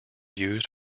used